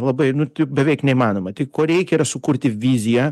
labai nu tai beveik neįmanoma tai ko reikia yra sukurti viziją